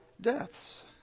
deaths